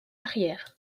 arrière